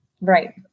Right